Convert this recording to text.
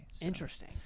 interesting